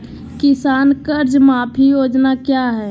किसान कर्ज माफी योजना क्या है?